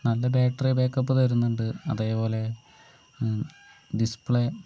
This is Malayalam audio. നല്ല ബാക്ടറി ബാക്ക് അപ്പ് തരുന്നുണ്ട് അതേപോലെ ഡിസ്പ്ലേ